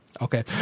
Okay